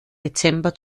dezember